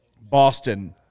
Boston